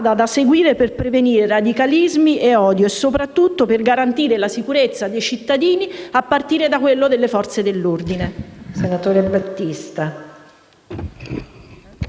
da seguire per prevenire radicalismi e odio, e soprattutto per garantire la sicurezza dei cittadini a partire da quella delle Forze dell'ordine.